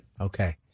okay